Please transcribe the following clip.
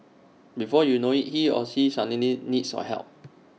before you know IT he or she suddenly needs your help